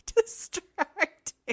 distracting